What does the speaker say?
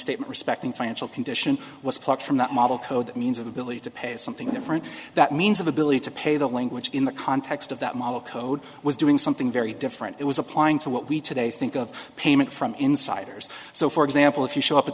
state respecting financial condition was plucked from that model code that means of ability to pay something different that means of ability to pay that language in the context of that model code was doing something very different it was applying to what we today think of payment from insiders so for example if you show up at